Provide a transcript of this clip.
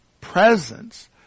presence